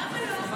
למה לא?